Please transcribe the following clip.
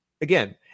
again